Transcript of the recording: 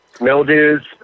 mildews